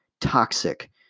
toxic